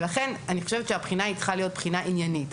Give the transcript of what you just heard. לכן אני חושבת שהבחינה צריכה להיות בחינה עניינית,